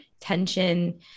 tension